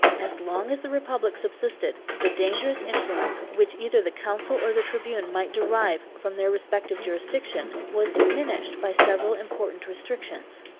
as long as the republic subsisted, the dangerous influence, which either the consul or the tribune might derive from their respective jurisdiction, was diminished by several important restrictions.